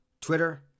Twitter